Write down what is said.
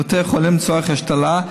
לבתי החולים לצורך השתלה,